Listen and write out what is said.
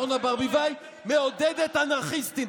אורנה ברביבאי מעודדת אנרכיסטים.